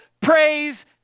praise